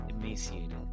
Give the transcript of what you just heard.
emaciated